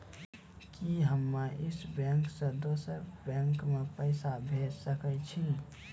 कि हम्मे इस बैंक सें दोसर बैंक मे पैसा भेज सकै छी?